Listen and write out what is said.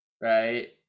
right